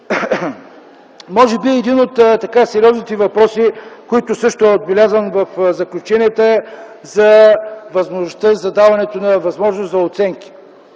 Един от сериозните въпроси, който също е отбелязан в заключенията, е даването на възможност за оценки